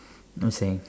I'm saying